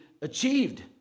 achieved